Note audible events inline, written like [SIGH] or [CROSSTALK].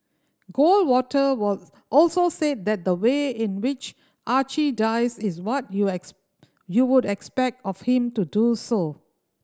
Goldwater was also said that the way in which Archie dies is what you [UNINTELLIGIBLE] you would expect of him to do so